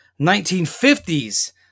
1950s